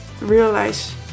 realize